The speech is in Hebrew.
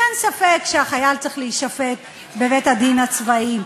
אין ספק שהחייל צריך להישפט בבית-דין צבאי,